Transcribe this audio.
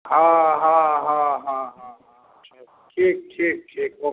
हँ हँ हँ हँ हँ हँ ठीक ठीक ठीक ओके